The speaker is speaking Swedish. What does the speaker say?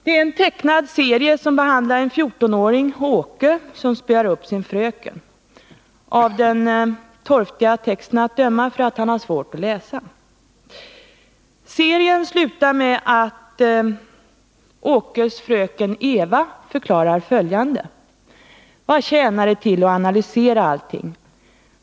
Det är en tecknad serie som handlar om en 14-åring, Åke, som | spöar upp sin fröken. Av den torftiga texten att döma gör han det därför att han har svårt att läsa. Serien slutar med att Åkes fröken Eva förklarar följande: ”Vad tjänar det till att analysera allting?